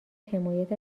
حمایت